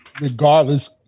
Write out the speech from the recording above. regardless